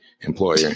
employer